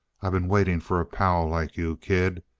i been waiting for a pal like you, kid.